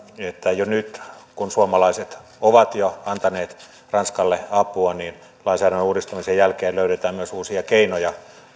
että jo nyt kun suomalaiset ovat jo antaneet ranskalle apua lainsäädännön uudistamisen jälkeen löydetään myös uusia keinoja